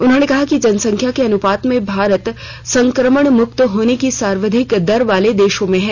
उन्होंने कहा कि जनसंख्या के अनुपात में भारत संक्रमण मुक्त होने की सर्वाधिक दर वाले देशों में है